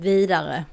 Vidare